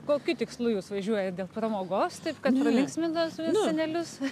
kokiu tikslu jūs važiuojat dėl pramogos taip kad pralinksmint tuos senelius